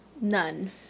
None